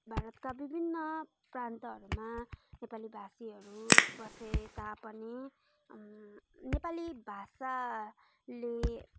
भारतका विभिन्न प्रान्तहरूमा नेपाली भाषीहरू बसे तापनि नेपाली भाषाले